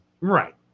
right